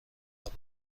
عقب